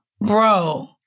Bro